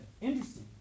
Interesting